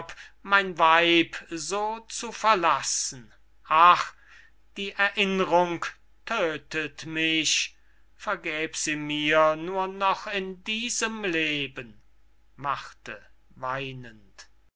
mein weib so zu verlassen ach die erinnerung tödtet mich vergäb sie mir nur noch in diesem leben marthe weinend